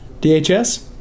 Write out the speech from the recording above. DHS